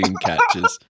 catches